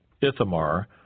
Ithamar